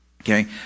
okay